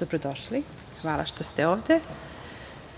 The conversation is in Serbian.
Dobrodošli, hvala što ste ovde. Prva